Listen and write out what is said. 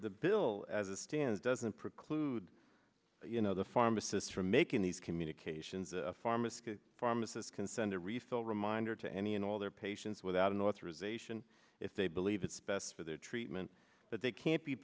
the bill as it stands doesn't preclude you know the pharmacist from making these communications a pharmacy pharmacist can send a refill reminder to any and all their patients without an authorization if they believe it's best for their treatment that they can't be